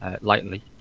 lightly